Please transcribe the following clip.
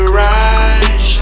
right